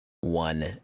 one